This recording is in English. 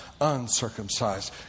uncircumcised